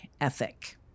ethic